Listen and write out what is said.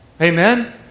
Amen